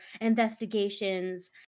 investigations